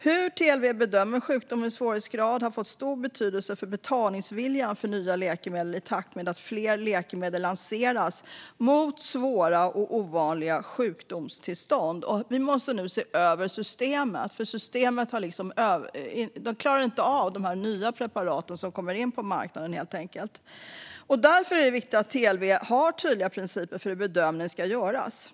Hur TLV bedömer sjukdomens svårighetsgrad har fått större betydelse för betalningsviljan för nya läkemedel i takt med att fler läkemedel lanseras mot svåra och ovanliga sjukdomstillstånd. Vi måste nu se över systemet. Det klarar helt enkelt inte av de här nya preparaten som kommer in på marknaden. Därför är det viktigt att TLV har tydliga principer för hur bedömningen ska göras.